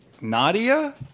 Nadia